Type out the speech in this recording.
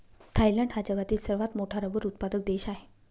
Thailand हा जगातील सर्वात मोठा रबर उत्पादक देश आहे